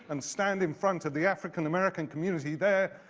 and stand in front of the african american community there,